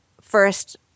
first